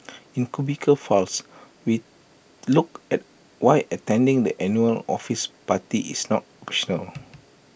in cubicle files we look at why attending the annual office party is not optional